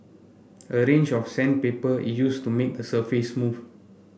a range of sandpaper is used to make the surface smooth